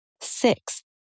Six